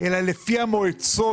אלא לפי המועצות,